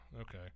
okay